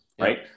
right